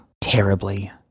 terribly